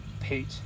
Pete